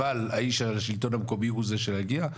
אבל האיש של השלטון המקומי הוא זה שיגיע.